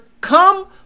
come